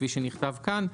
כפי שנכתב כאן,